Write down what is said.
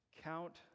count